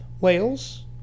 Wales